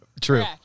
True